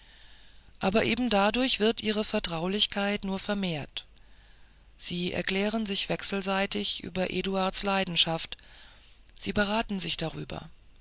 aber eben dadurch wird ihre vertraulichkeit nur vermehrt sie erklären sich wechselseitig über eduards leidenschaft sie beraten sich darüber